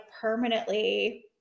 permanently